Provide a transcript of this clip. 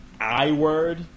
I-word